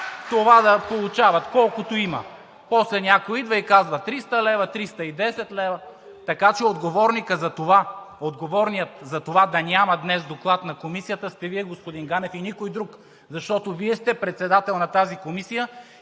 това да получават – колкото има. После някой идва и казва 300 лв., 310 лв. Така че отговорният за това да няма днес доклад на Комисията сте Вие, господин Ганев, и никой друг, защото Вие сте председател на тази комисия